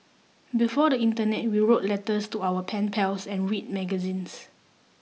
before the internet we wrote letters to our pen pals and read magazines